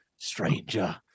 Stranger